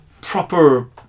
proper